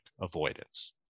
avoidance